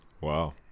Wow